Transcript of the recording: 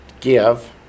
give